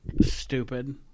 stupid